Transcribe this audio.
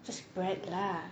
just bread lah